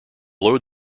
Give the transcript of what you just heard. load